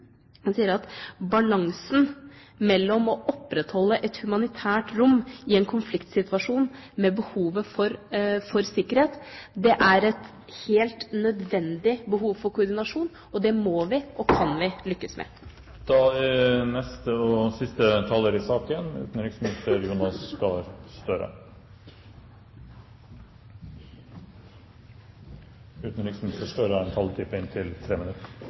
han sier at balansen mellom å opprettholde et humanitært rom i en konfliktsituasjon med behovet for sikkerhet er et helt nødvendig behov for koordinasjon, og det må og kan vi lykkes med. Først vil jeg si at denne debatten viser noe som er gledelig, nemlig at det er en god analyse og felles forståelse blant partiene på